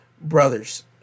brothers